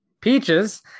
Peaches